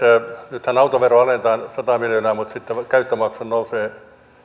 nythän autoveroa alennetaan sata miljoonaa käyttömaksu nousee